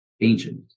ancient